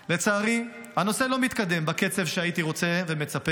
לצערי, הנושא לא מתקדם בקצב שהייתי רוצה ומצפה.